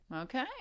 Okay